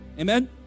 Amen